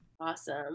awesome